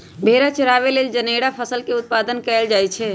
भेड़ा चराबे लेल जनेरा फसल के उत्पादन कएल जाए छै